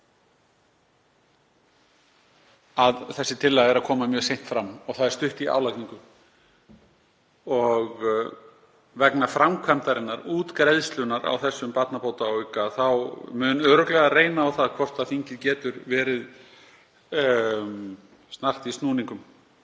að þessi tillaga er að koma mjög seint fram og það er stutt í álagningu. Vegna framkvæmdarinnar, útgreiðslunnar á þessum barnabótaauka, mun örugglega reyna á það hvort þingið getur verið snart í snúningum.